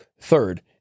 Third